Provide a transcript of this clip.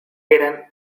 eran